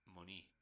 money